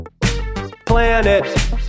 Planet